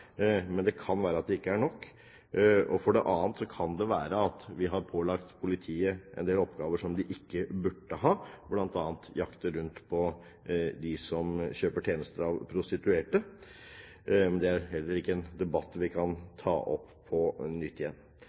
men det kan være at det ikke er nok. For det annet: Det kan være at vi har pålagt politiet en del oppgaver som de ikke burde ha, bl.a. å jakte på dem som kjøper tjenester av prostituerte. Det er heller ikke en debatt vi kan ta opp på nytt.